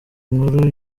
nkuru